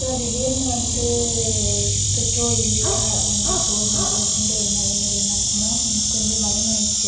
so திடீரெனு வந்து petrol இல்லை வண்டி போகாது அப்படின்ற ஒரு நிலமைல என்னாச்சுன்னா கொஞ்சம் பயமாகிடுச்சி